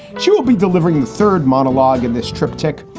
she will be delivering the third monologue in this triptych,